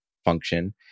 function